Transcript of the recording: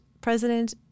president